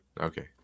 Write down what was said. Okay